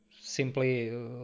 simply